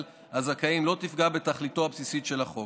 הזכאים לא תפגע בתכליתו הבסיסית של החוק.